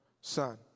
son